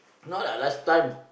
not like last time